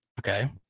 Okay